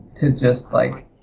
to just like,